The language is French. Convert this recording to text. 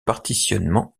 partitionnement